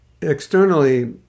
externally